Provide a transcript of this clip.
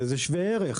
זה שווה ערך.